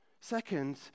Second